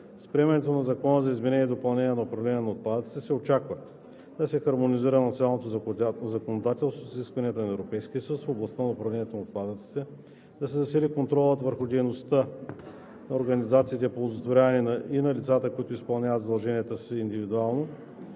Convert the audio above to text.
С приемането на Закона за изменение и допълнение на Закона за управление на отпадъците се очаква да се хармонизира националното законодателство с изискванията на Европейския съюз в областта на управлението на отпадъците, да се засили контролът върху дейността на организациите по оползотворяване и на лицата, които изпълняват задълженията си индивидуално,